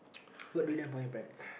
what do you learn about your parents